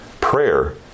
prayer